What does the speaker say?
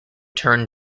turned